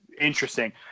interesting